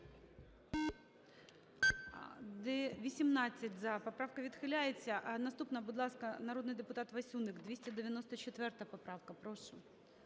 За-18 Поправка відхиляється. Наступна, будь ласка, народний депутат Васюник, 294 поправка. Прошу.